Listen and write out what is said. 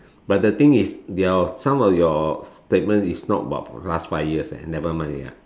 but the thing is your some of your statement is not about last five years eh never mind ya